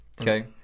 Okay